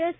S